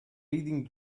leading